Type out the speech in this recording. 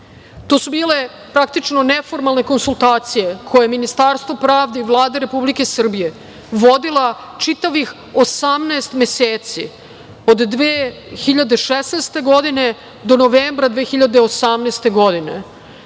To su bile, praktično, neformalne konsultacije, koje je Ministarstvo pravde i Vlada Republike Srbije, vodila čitavih 18 meseci, od 2016. godine, do novembra 2018. godine. Široka